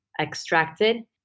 extracted